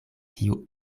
kiu